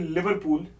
Liverpool